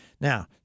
Now